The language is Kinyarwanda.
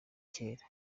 kera